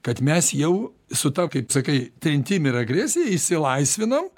kad mes jau su ta kaip sakai trintim ir agresija išsilaisvinam